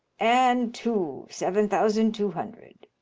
and two. seven thousand two hundred.